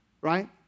right